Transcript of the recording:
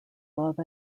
love